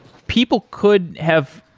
people could have,